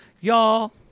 y'all